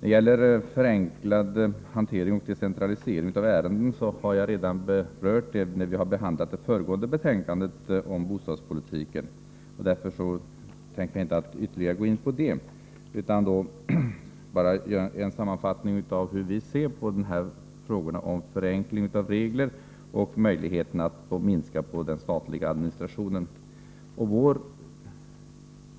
Frågan om en förenklad hantering och decentralisering av ärenden om statligt bostadsstöd har jag redan berört när vi behandlade det föregående betänkandet om bostadspolitiken, och jag skall därför inte gå närmare in på den. Jag vill bara kort sammanfatta hur vi ser på frågorna om förenkling av regler och möjligheterna att minska den statliga administrationen. Vår